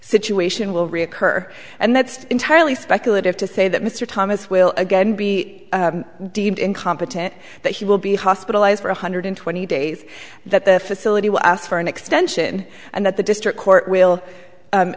situation will reoccur and that's entirely speculative to say that mr thomas will again be deemed incompetent that he will be hospitalized for one hundred twenty days that the facility will ask for an extension and that the district court will u